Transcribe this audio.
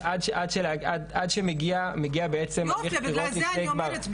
בגלל זה אני אומרת,